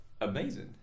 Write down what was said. Amazing